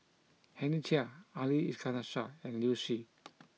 Henry Chia Ali Iskandar Shah and Liu Si